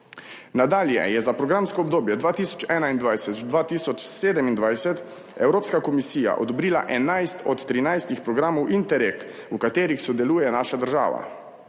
Nadalje je za programsko obdobje 2021–2027 Evropska komisija odobrila 11 od 13 programov Interreg, v katerih sodeluje naša država.